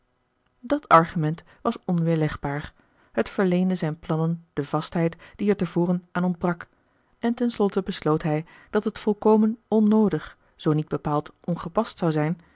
dàt argument was onweerlegbaar het verleende zijn plannen de vastheid die er te voren aan ontbrak en ten slotte besloot hij dat het volkomen onnoodig zoo niet bepaald ongepast zou zijn